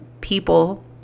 people